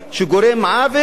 ברוב אוטומטי שגורם עוול,